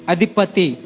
Adipati